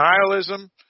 nihilism